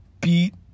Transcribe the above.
beat